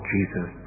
Jesus